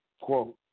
quote